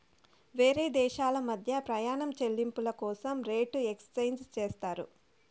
వేరే దేశాల మధ్య ప్రయాణం చెల్లింపుల కోసం రేట్ ఎక్స్చేంజ్ చేస్తారు